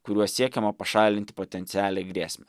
kuriuo siekiama pašalinti potencialią grėsmę